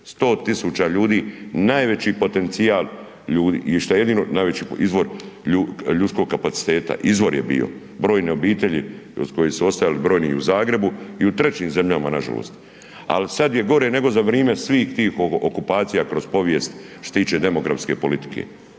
100 tisuća ljudi, najveći potencijal ljudi i što je jedino, najveći izvor ljudskog kapaciteta, izvor je bio, brojne obitelji od kojih su ostajali brojni i u Zagrebu i u trećim zemljama nažalost. Ali sada je gore nego za vrijeme svih tih okupacija kroz povijest što se tiče demografske politike,